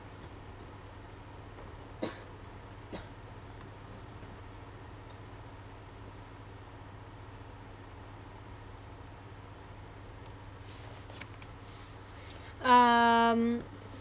um